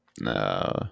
No